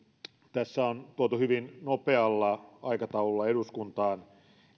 tässä on tuotu hyvin nopealla aikataululla eduskuntaan